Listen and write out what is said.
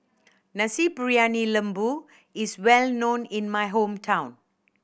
Nasi Briyani Lembu is well known in my hometown